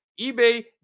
eBay